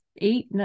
eight